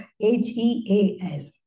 H-E-A-L